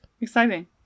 exciting